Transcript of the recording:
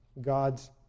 God's